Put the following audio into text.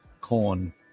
corn